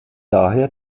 daher